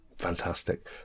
fantastic